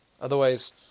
Otherwise